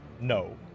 no